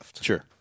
Sure